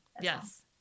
yes